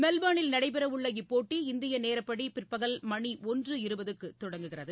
மெல்பர்னில் நடைபெறவுள்ள இப்போட்டி இந்திய நேரப்படி பிற்பகல் மணி ஒன்று இருபதுக்கு தொடங்குகிறது